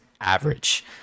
average